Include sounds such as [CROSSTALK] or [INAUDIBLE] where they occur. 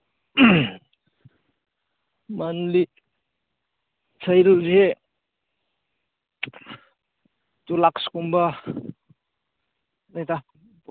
monthly [UNINTELLIGIBLE] two ꯂꯥꯈꯁꯀꯨꯝꯕꯅꯤꯗ